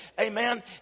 Amen